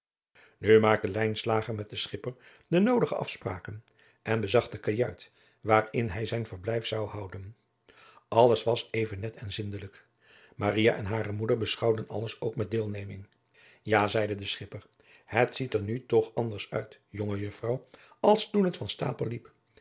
nu maakte lijnslager met den schipper de noodige afspraken en bezag de kajuit waarin hij zijn verblijf zou houden alles was even net en zindelijk maria en hare moeder beschouwden alles ook met deelneming ja zeide de schipper het ziet er nu toch anders uit jonge juffrouw als toen het van stapel liep